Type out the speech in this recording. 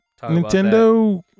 Nintendo